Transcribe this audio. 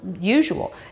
usual